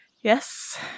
yes